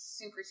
super